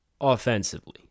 Offensively